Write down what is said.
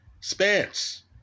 Spence